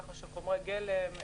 כך שחומרי גלם,